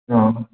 अ